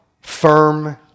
Firm